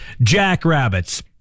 Jackrabbits